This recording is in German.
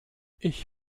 ich